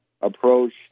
approach